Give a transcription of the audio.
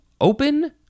open